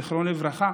זיכרונו לברכה,